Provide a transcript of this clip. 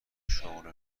شغل